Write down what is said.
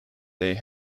they